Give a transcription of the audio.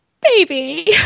baby